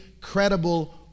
credible